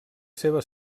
seva